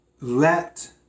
let